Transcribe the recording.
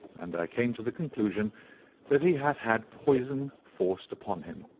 and i came to the conclusion that he had had poison forced upon him.